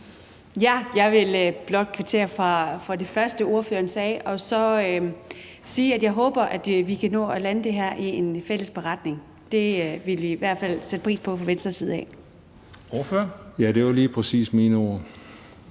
Jeg vil blot kvittere for det første, ordføreren sagde, og så sige, at jeg håber, at vi kan nå at lande det her i en fælles beretning. Det ville vi i hvert fald sætte pris på fra Venstres side. Kl. 10:47 Formanden (Henrik